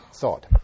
thought